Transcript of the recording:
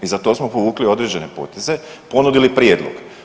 I za to smo povukli određene poteze, ponudili prijedlog.